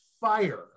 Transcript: fire